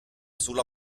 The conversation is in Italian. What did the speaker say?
sulla